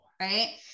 right